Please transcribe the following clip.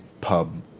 Pub